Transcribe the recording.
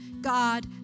God